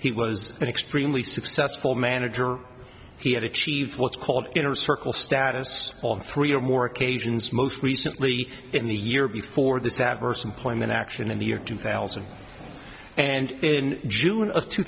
he was an extremely successful manager he had achieved what's called inner circle status on three or more occasions most recently in the year before this adverse employment action in the year two thousand and in june of two